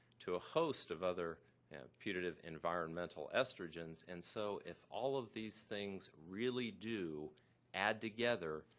to host of other and putative environmental estrogens. and so if all of these things really do add together,